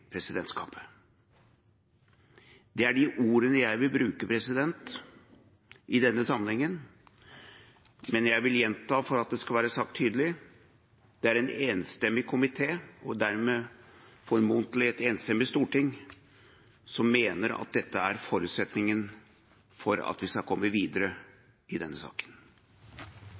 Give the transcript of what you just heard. presidentskapet. Det er de ordene jeg vil bruke i denne sammenhengen. Men jeg vil gjenta, for at det skal være sagt tydelig: Det er en enstemmig komité og dermed formodentlig et enstemmig storting som mener at dette er forutsetningen for at vi skal komme videre i denne saken.